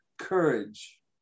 courage